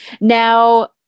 Now